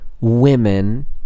women